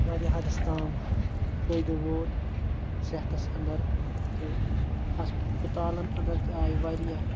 وارِیاہ حدَس تام فٲید ووت صِحتَس اَنٛدَر تہٕ ہَسپَتالَن اَنٛدَر تہِ آیہِ واریاہ